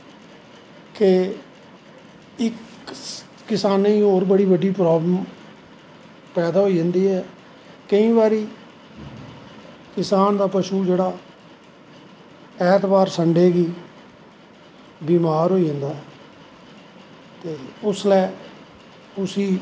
कि इक किसानें गी होर बड़ी बड्डी प्रावलम पैदा होई जंदी ऐ केंई बारी किसान दा पशू जेह्ड़ा ऐत बार संडे गी बमार होई जंदा ऐ ते उसलै उसी